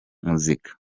muzika